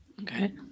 Okay